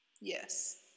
Yes